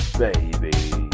baby